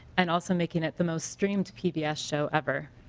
and also make it it the most streamed pbs yeah show ever.